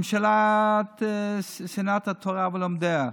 ממשלת שנאת התורה ולומדיה,